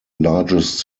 largest